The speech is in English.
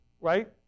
right